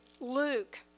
Luke